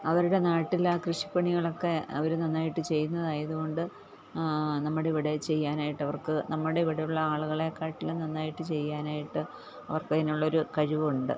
അവരുടെ നാട്ടിൽ കൃഷിപ്പണികളൊക്കെ അവർ നന്നായിട്ട് ചെയ്യുന്നതായതുകൊണ്ട് നമ്മുടെ ഇവിടെ ചെയ്യാനായിട്ട് അവർക്ക് നമ്മുടെ ഇവിടെയുള്ള ആളുകളെക്കാട്ടിലും നന്നായിട്ട് ചെയ്യാനായിട്ട് അവർക്കതിനുള്ളൊരു കഴിവുണ്ട്